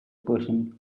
person